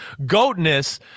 goatness